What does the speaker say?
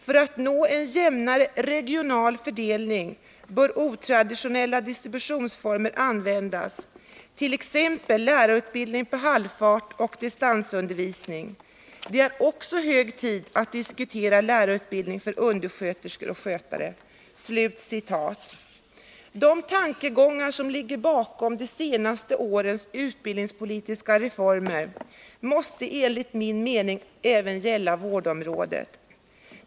För att nå en jämnare regional fördelning bör otraditionella distributionsformer användas, t.ex. lärarutbildning på halvfart och distansundervisning. Det är också hög tid att diskutera lärarutbildning för undersköterskor och skötare.” De tankegångar som ligger bakom de senaste årens utbildningspolitiska reformer måste enligt min mening även gälla på vårdområdet.